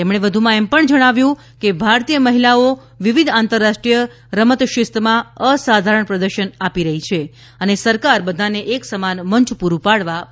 તેમણે કહ્યું કે ભારતીય મહિલાઓ વિવિધ આંતરરાષ્ટ્રીય રમત શિસ્તમાં અસાધારણ પ્રદર્શન આપી રહી છે અને સરકાર બધાને એક સમાન મંચ પૂરું પાડવા પ્રતિબધ્ધ છે